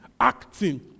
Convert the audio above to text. acting